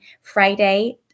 Friday